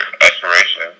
aspiration